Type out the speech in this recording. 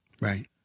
right